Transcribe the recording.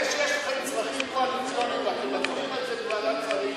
זה שיש לכם צרכים קואליציוניים ואתם מצביעים על זה בוועדת שרים,